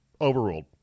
overruled